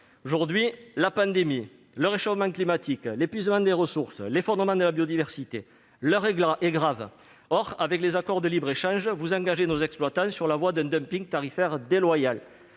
implacable : pandémie, réchauffement climatique, épuisement des ressources, effondrement de la biodiversité ... L'heure est grave ! Or, avec les accords de libre-échange, vous engagez nos exploitants sur la voie d'un dumping tarifaire déloyal.